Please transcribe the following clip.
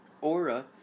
Aura